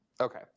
okay